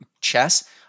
chess